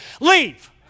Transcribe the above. Leave